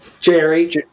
Jerry